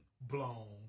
blown